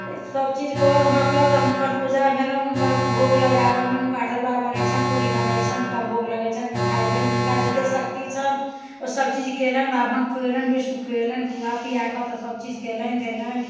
सभ चीज कऽ धऽ कऽ तऽ हुनकर पूजा भेलनि हुनकर भोग लगाबऽमे हुनका हलुआ बनैत छनि पूरी बनैत छनि हुनका भोग लगैत छनि मिठाइ भेल जिनका जतेक शक्ति छनि ओ सभ चीज कयलनि बाभन खुएलनि विष्णु खुएलनि खुआ पिआके तऽ सभ चीज कयलनि धयलनि